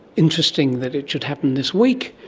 interesting that it should happen this week,